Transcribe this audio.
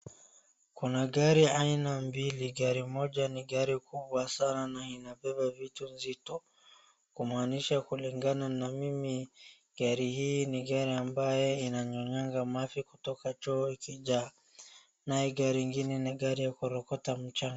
Kuna gari aina mbili, gari moja ni aina kubwa sana na inabeba vitu nzito kumaanisha kulingana na mimi gari hii ni gari ambayo inabebanga mafi kutoka choo ikijaa na hii gari ingine ni gari ya kurokota mchanga.